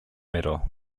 medal